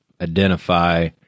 identify